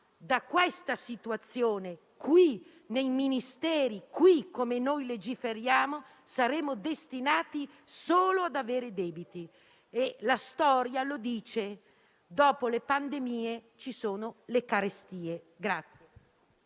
da questa situazione, qui nei Ministeri, qui come noi legiferiamo, saremo destinati solo ad avere i debiti. La storia lo dice: dopo le pandemie ci sono le carestie.